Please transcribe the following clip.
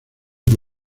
que